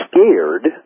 scared